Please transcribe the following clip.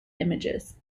images